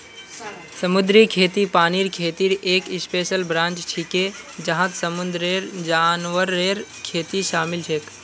समुद्री खेती पानीर खेतीर एक स्पेशल ब्रांच छिके जहात समुंदरेर जानवरेर खेती शामिल छेक